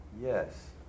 Yes